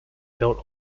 built